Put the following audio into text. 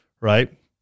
right